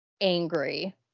angry